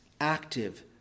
active